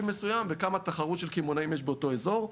מסוים וכמה תחרות של קמעונאים יש באותו אזור.